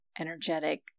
energetic